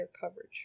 coverage